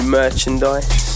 merchandise